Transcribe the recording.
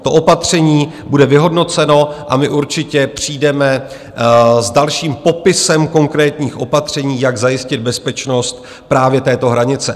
To opatření bude vyhodnoceno a my určitě přijdeme s dalším popisem konkrétních opatření, jak zajistit bezpečnost právě této hranice.